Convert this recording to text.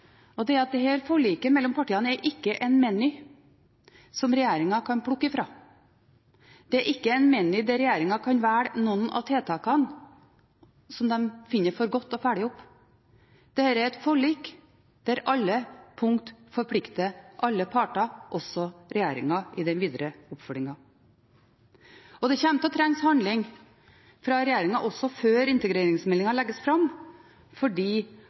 og arbeid. Jeg har lyst til å understreke én ting: Dette forliket mellom partiene er ikke en meny som regjeringen kan plukke fra. Det er ikke en meny der regjeringen kan velge noen tiltak som de finner for godt å følge opp. Dette er et forlik der alle punkter forplikter alle parter – også regjeringen i den videre oppfølgingen. Det kommer til å trenges handling fra regjeringen også før integreringsmeldingen legges fram, fordi